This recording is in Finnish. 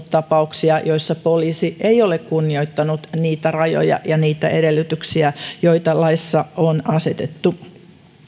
tapauksia joissa poliisi ei ole kunnioittanut niitä rajoja ja niitä edellytyksiä joita laissa on asetettu